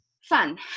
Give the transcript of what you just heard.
fun